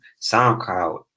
SoundCloud